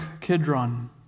Kidron